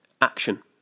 action